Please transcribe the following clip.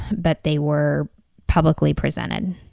but they were publicly presented.